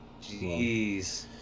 Jeez